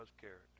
character